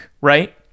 right